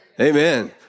Amen